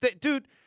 dude